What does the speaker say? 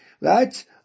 Right